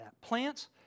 plants